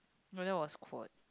but that was quote